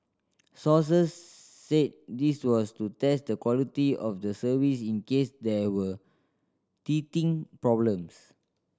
sources said this was to test the quality of the service in case there were teething problems